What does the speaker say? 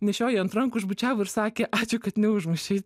nešiojo ant rankų išbučiavo ir sakė ačiū kad neužmušei